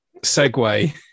segue